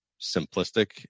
simplistic